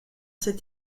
cet